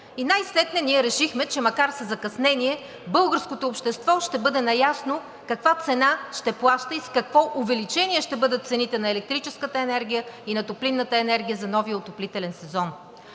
и най-сетне ние решихме, че макар и със закъснение, българското общество ще бъде наясно каква цена ще плаща и с какво увеличение ще бъдат цените на електрическата енергия и на топлинната енергия за новия отоплителен сезон.